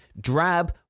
drab